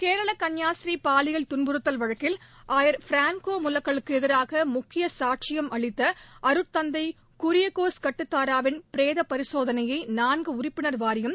கேரள கன்னியாஸ்திரி பாலியல் துன்புறுத்தல் வழக்கில் ஆயர் ஃபிராங்கே முலக்கல் க்கு எதிராக முக்கிய சாட்சியம் அளித்த அருட் தந்தை குரியகோஸ் கட்டுதாராவின் பிரேத பரிசோதனையை நான்கு உறுப்பினர் வாரியம்